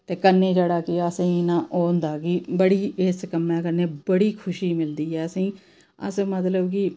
ते कन्नै जेह्ड़ा कि असें गी नां ओह् होंदा कि बड़ी इस कम्मै कन्नै बड़ी खुशी मिलदी ऐ असें गी अस मतलब कि